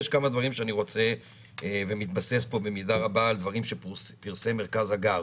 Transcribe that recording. מרכז הגר